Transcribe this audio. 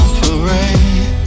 parade